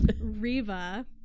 Reva